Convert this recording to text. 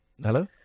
hello